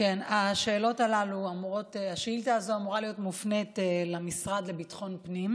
השאילתה הזאת אמורה להיות מופנית למשרד לביטחון הפנים,